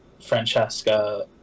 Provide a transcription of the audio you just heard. Francesca